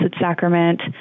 Sacrament